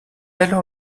alors